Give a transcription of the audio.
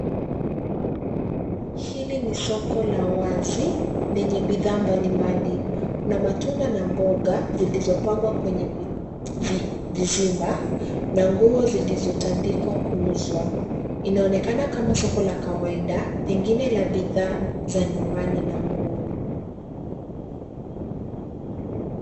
Hili ni soko la wazi lenye bidhaa mbalimbali .Kuna matunda na mboga zilizopangwa kwenye vizimba na nguo zilizotandikwa kuuzwa. Inaonekana kama soko la kawaida pengine la bidhaa za nyumbani na nguo.